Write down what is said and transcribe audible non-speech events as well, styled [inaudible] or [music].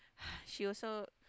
[noise] she also